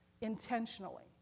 intentionally